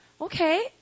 Okay